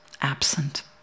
absent